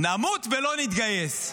נמות ולא נתגייס.